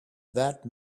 that